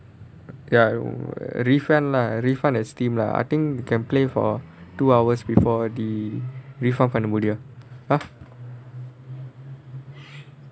ya wi~ refund lah refund at Steam lah I think you can play for two hours before the refund பண்ண முடியும்:panna mudiyum !huh!